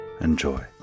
Enjoy